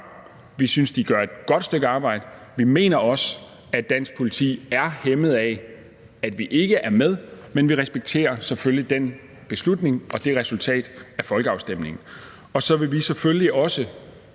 Vi synes, de gør et godt stykke arbejde. Vi mener også, at dansk politi er hæmmet af, at vi ikke er med, men vi respekterer selvfølgelig den beslutning og det resultat af folkeafstemningen. Og så vil vi selvfølgelig også